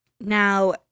Now